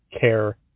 care